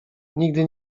nigdy